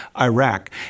Iraq